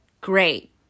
Great